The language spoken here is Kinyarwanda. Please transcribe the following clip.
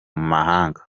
mahanga